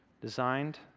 designed